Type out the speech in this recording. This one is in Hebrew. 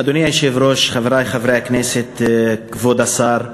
אדוני היושב-ראש, חברי חברי הכנסת, כבוד השר,